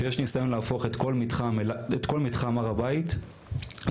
ורואים שיש ניסיון להפוך את כל מתחם הר הבית למתחם